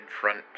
front